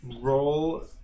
roll